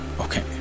Okay